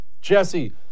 Jesse